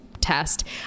test